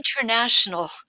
international